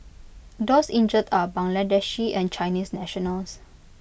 those injured are Bangladeshi and Chinese nationals